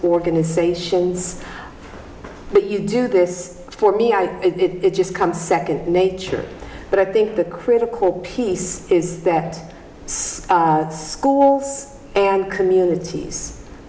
organizations but you do this for me i it just comes second nature but i think the critical piece is that schools and communities